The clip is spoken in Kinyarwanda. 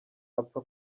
apfa